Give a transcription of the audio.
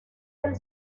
del